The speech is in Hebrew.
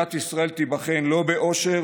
"מדינת ישראל תיבחן לא בעושר,